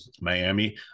Miami